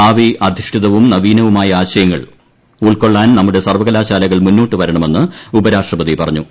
ഭാവി അധിഷ്ഠിധവും നവീനവുമായ ആശയങ്ങൾ ഉൾക്കൊള്ളാൻ നമ്മുടെ സർവ്വകലാശാലകൾ മുന്നോട്ടുവരണമെന്ന് ഉപരാഷ്ട്രപതി പറഞ്ഞു